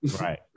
Right